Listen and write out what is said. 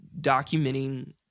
documenting